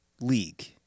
League